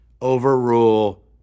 overrule